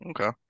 Okay